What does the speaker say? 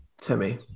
Timmy